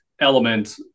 element